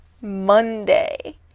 Monday